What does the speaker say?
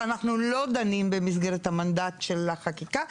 שאנחנו לא דנים במסגרת המנדט של החקיקה,